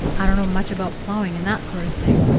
i don't know much about plowing and that sort of thing,